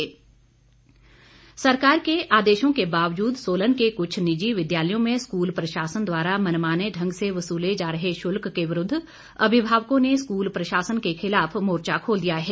प्रदर्शन सरकार के आदेशों के बावजूद सोलन के कुछ निजी विद्यालयों में स्कूल प्रशासन द्वारा मनमाने ढंग से वसुले जा रहे शुल्क के विरूद्व अभिभावकों ने स्कूल प्रशासन के खिलाफ मोर्चा खोल दिया है